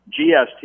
GST